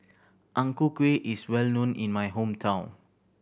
Ang Ku Kueh is well known in my hometown